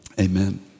Amen